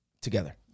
together